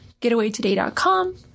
getawaytoday.com